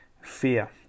fear